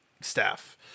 staff